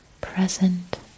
present